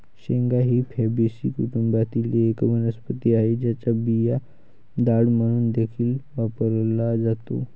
शेंगा ही फॅबीसी कुटुंबातील एक वनस्पती आहे, ज्याचा बिया डाळ म्हणून देखील वापरला जातो